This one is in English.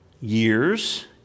years